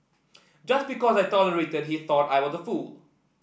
just because I tolerated he thought I was a fool